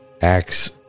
Acts